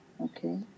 Okay